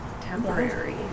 temporary